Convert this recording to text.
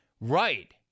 right